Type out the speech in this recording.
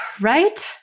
Right